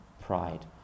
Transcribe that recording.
pride